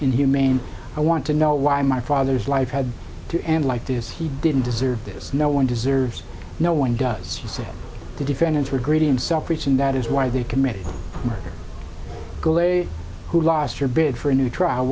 inhumane i want to know why my father's life had to end like this he didn't deserve this no one deserves no one does he said the defendants were greedy and selfish and that is why they committed murder who lost her bid for a new trial